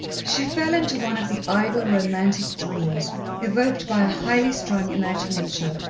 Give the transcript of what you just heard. she fell into one of the idle, romantic dreams evoked by a highly-strung imagination,